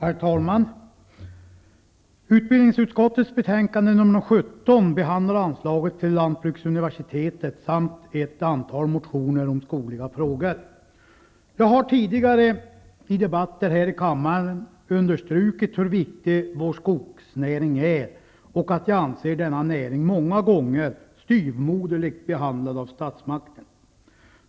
Herr talman! Utbildningsutskottets betänkande nr 17 behandlar anslaget till lantbruksuniversitetet samt ett antal motioner om skogliga frågor. Jag har tidigare i debatter här i kammaren understrukit hur viktig vår skogsnäring är. Jag anser att denna näring många gånger är styvmoderligt behandlad av statsmakten.